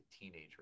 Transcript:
teenager